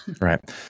Right